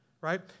right